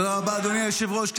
תודה רבה, אדוני היושב-ראש.